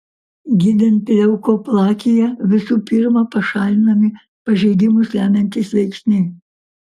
gydant leukoplakiją visų pirma pašalinami pažeidimus lemiantys veiksniai